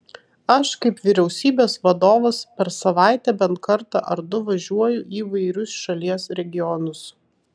aš kaip vyriausybės vadovas per savaitę bent kartą ar du važiuoju į įvairius šalies regionus